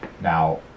Now